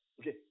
Okay